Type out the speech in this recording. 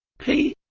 p